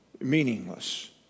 meaningless